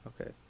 Okay